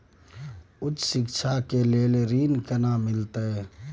उच्च शिक्षा के लेल ऋण केना मिलते?